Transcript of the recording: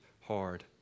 hard